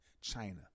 China